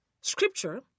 scripture